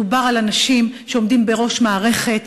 מדובר על אנשים שעומדים בראש מערכת,